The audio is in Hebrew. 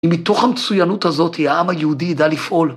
‫ומתוך המצוינות הזאת ‫העם היהודי ידע לפעול